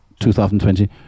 2020